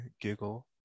giggle